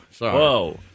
whoa